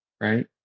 Right